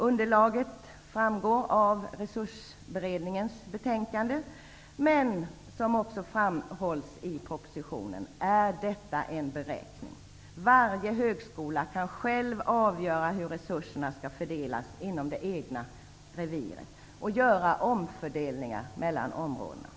Underlaget framgår av Resursberedningens betänkande. Men, som också framhålls i propositionen, detta är en beräkning. Varje högskola kan själv avgöra hur resurserna skall fördelas inom det egna reviret och göra omfördelningar mellan områdena.